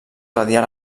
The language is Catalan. radial